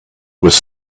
was